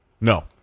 No